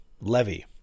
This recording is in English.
levy